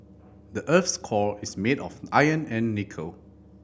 the earth's core is made of iron and nickel